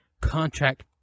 contract